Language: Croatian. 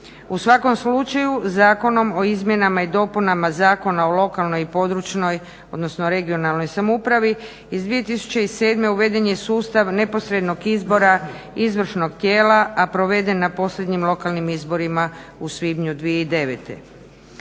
U svakom slučaju, Zakonom o izmjenama i dopunama Zakona o lokalnoj i područnoj (regionalnoj) samoupravi iz 2007. uveden je sustav neposrednog izbora izvršnog tijela, a proveden na posljednjim lokalnim izborima u svibnju 2009.